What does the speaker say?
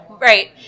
right